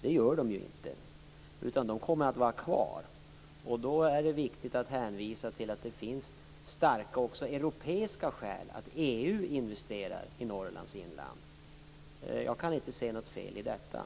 Det gör de ju inte, utan de kommer att vara kvar. Då är det viktigt att kunna hänvisa till att det finns starka europeiska skäl till att EU investerar i Norrlands inland. Jag kan inte se något fel i detta.